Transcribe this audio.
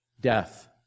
death